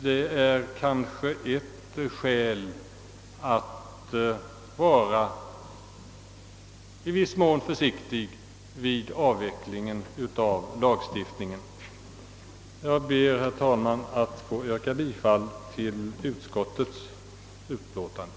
Det är kanske ett skäl för att i viss mån vara försiktig vid avvecklingen av lagstiftningen. Jag ber, herr talman, att få yrka bifall till utskottets hemställan.